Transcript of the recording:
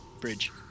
bridge